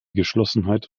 geschlossenheit